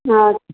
हँ